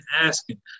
asking